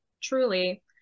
truly